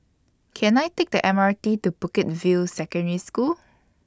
Can I Take The M R T to Bukit View Secondary School